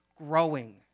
growing